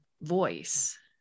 voice